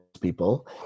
people